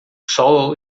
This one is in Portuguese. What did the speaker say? sol